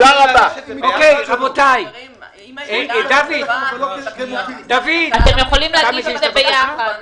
אם יש רצון טוב לפתור את הסוגיה, תגישו יחד.